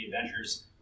adventures